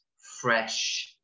fresh